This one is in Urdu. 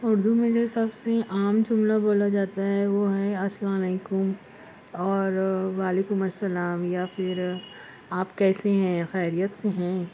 اردو میں جو سب سے عام جملہ بولا جاتا ہے وہ ہے السلام علیکم اور وعلیکم السلام یا پھر آپ کیسی ہیں خیریت سے ہیں